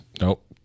Nope